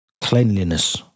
Cleanliness